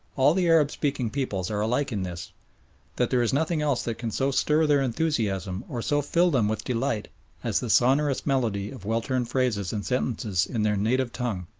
all the arab-speaking peoples are alike in this that there is nothing else that can so stir their enthusiasm or so fill them with delight as the sonorous melody of well-turned phrases and sentences in their native tongue.